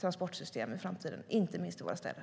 transportsystem i framtiden - inte minst i våra städer.